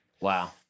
Wow